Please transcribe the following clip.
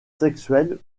sexuel